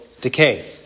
decay